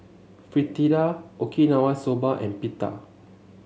Fritada Okinawa Soba and Pita